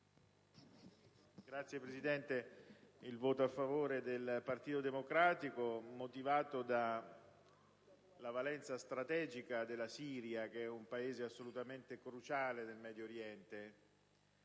favorevole del Gruppo del Partito Democratico, motivato dalla valenza strategica della Siria, che è un Paese assolutamente cruciale del Medio Oriente.